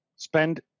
Spend